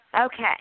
Okay